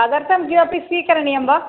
तदर्थं किमपि स्वीकरणियं वा